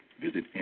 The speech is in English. visit